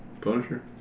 punisher